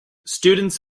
students